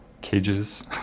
Cages